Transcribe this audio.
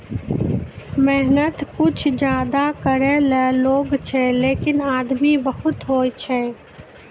मेहनत कुछ ज्यादा करै ल लागै छै, लेकिन आमदनी बहुत होय छै